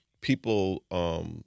people